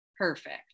Perfect